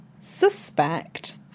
suspect